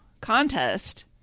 contest